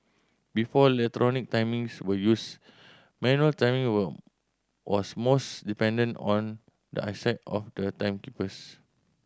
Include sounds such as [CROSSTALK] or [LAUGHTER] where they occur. before [UNINTELLIGIBLE] timings we used manual timing were was most dependent on the eyesight of the timekeepers